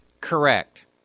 Correct